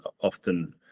often